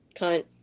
cunt